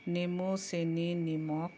নেমু চেনি নিমখ